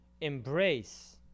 embrace